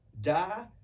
die